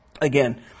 again